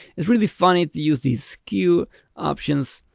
it's really funny to use these skew options,